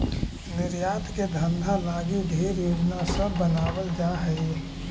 निर्यात के धंधा लागी ढेर योजना सब बनाबल जा हई